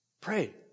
Pray